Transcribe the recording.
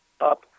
up